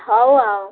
ହଉ ଆଉ